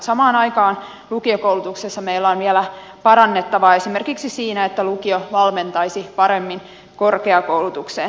samaan aikaan lukiokoulutuksessa meillä on vielä parannettavaa esimerkiksi siinä että lukio valmentaisi paremmin korkeakoulutukseen